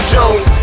Jones